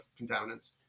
contaminants